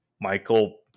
Michael